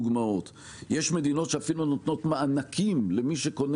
יש מדינות שאפילו נותנות מענקים למי שקונה